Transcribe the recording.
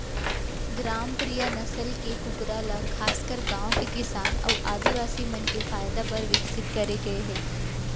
ग्रामप्रिया नसल के कूकरा ल खासकर गांव के किसान अउ आदिवासी मन के फायदा बर विकसित करे गए हे